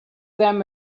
them